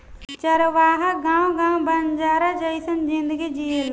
चरवाह गावं गावं बंजारा जइसन जिनगी जिऐलेन